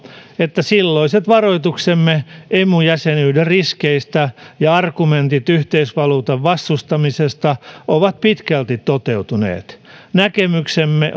että silloiset varoituksemme emu jäsenyyden riskeistä ja argumentit yhteisvaluutan vastustamisesta ovat pitkälti toteutuneet näkemyksemme